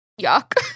yuck